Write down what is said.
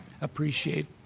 appreciate